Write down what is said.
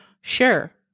Sure